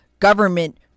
government